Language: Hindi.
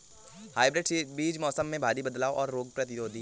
हाइब्रिड बीज मौसम में भारी बदलाव और रोग प्रतिरोधी हैं